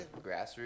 Grassroots